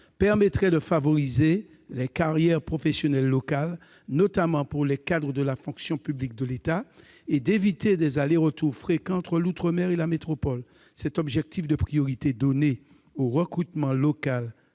permettrait de favoriser les carrières professionnelles locales, notamment pour les cadres de la fonction publique de l'État, et d'éviter des allers-retours fréquents entre l'outre-mer et la métropole. Cet objectif de priorité donnée au recrutement local